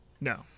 No